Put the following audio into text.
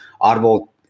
audible